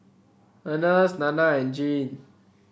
Ernest Nanna and Jean